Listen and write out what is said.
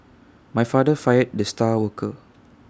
my father fired the star worker